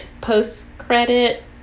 post-credit